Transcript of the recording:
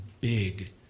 big